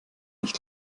nicht